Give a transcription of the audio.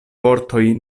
vortoj